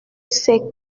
c’est